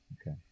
Okay